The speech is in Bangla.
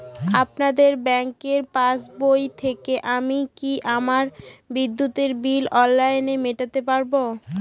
আপনাদের ব্যঙ্কের পাসবই থেকে আমি কি আমার বিদ্যুতের বিল অনলাইনে মেটাতে পারবো?